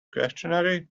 questionnaire